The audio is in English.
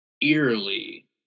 eerily